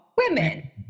women